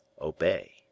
Obey